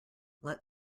let